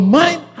mind